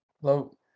hello